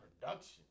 production